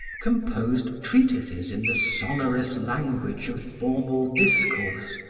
composed treatises in the sonorous language of formal discourse,